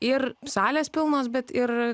ir salės pilnos bet ir